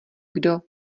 kdo